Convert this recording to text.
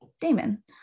Damon